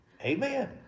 Amen